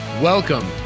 Welcome